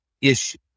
issue